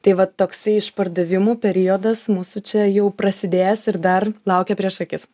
tai vat toksai išpardavimų periodas mūsų čia jau prasidės ir dar laukia prieš akis